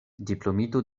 diplomito